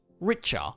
richer